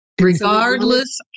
Regardless